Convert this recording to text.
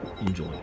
enjoy